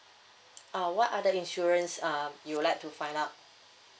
uh what other insurance um you would like to find out